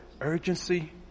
urgency